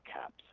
caps